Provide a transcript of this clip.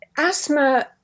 Asthma